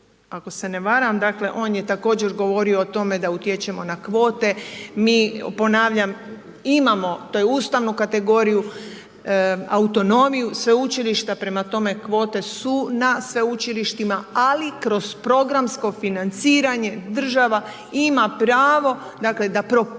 ako se ne varam, dakle on je također govorio o tome da utječemo na kvote mi ponavljam imamo to je ustavnu kategoriju autonomiju sveučilišta prema tome kvote su na sveučilištima ali kroz programsko financiranje država ima pravo dakle, da propituje,